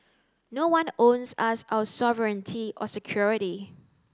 no one owes us our sovereignty or security